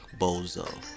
bozo